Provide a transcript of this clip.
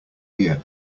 year